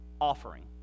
offering